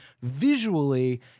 visually